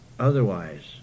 Otherwise